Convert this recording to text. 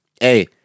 hey